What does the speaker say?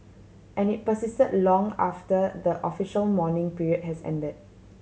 and it persisted long after the official mourning period has ended